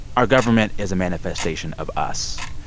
our government is a manifestation of us.